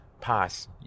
pass